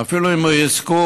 ואפילו אם יזכו,